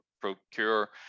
procure